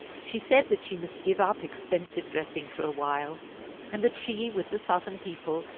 she said that she must give up expensive dressing for a while and that she, with the southern people,